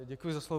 Děkuji za slovo.